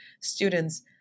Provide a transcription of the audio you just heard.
students